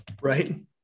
Right